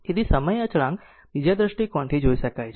તેથી સમય અચળાંક બીજા દ્રષ્ટિકોણથી જોઈ શકાય છે